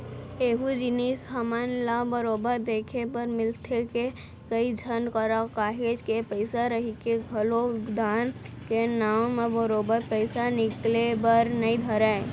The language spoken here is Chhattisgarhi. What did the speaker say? एहूँ जिनिस हमन ल बरोबर देखे बर मिलथे के, कई झन करा काहेच के पइसा रहिके घलोक दान के नांव म बरोबर पइसा निकले बर नइ धरय